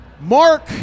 Mark